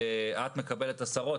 את מקבלת עשרות הודעות,